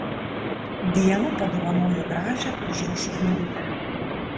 dijana padovanojo gražią užrašų knygutę